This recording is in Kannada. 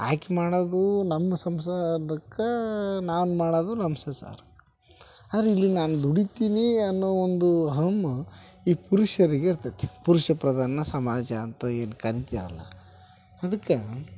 ಆಕೆ ಮಾಡೋದೂ ನಮ್ಮ ಸಂಸಾರಕ್ಕೆ ನಾನು ಮಾಡೋದೂ ನಮ್ಮ ಸಂಸಾರಕ್ಕ ಆದ್ರ್ ಇಲ್ಲಿ ನಾನು ದುಡೀತೀನಿ ಅನ್ನೋ ಒಂದು ಅಹಂ ಈ ಪುರುಷರಿಗೆ ಇರ್ತೈತಿ ಪುರುಷಪ್ರಧಾನ ಸಮಾಜ ಅಂತ ಏನು ಕರೀತೀವಲ್ಲ ಅದಕ್ಕೆ